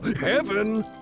heaven